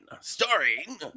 Starring